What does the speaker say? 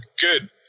good